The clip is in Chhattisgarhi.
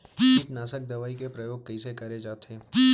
कीटनाशक दवई के प्रयोग कइसे करे जाथे?